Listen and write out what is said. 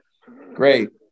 Great